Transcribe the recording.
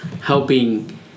helping